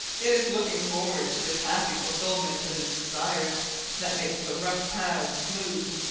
it is looking forward to this happy fulfillment of his desires that makes the rough paths smooth,